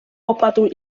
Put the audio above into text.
opadł